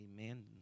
Amen